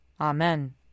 Amen